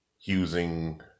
using